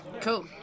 cool